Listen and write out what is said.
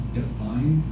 define